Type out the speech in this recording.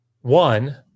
one